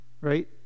Right